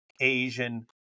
asian